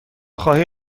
خواهی